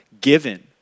given